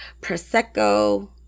Prosecco